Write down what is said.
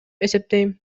эсептейм